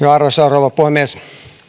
arvoisa rouva puhemies